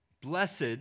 Blessed